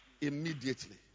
Immediately